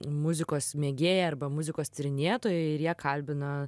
muzikos mėgėjai arba muzikos tyrinėtojai ir jie kalbina